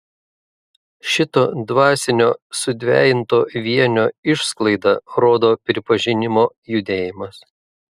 šito dvasinio sudvejinto vienio išsklaidą rodo pripažinimo judėjimas